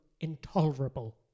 intolerable